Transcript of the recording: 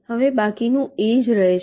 હવે બાકીનું એ જ રહે છે